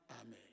Amen